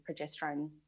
progesterone